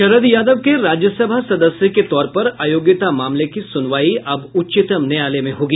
शरद यादव के राज्यसभा सदस्य के तौर पर अयोग्यता मामले की सुनवाई अब उच्चतम न्यायालय में होगी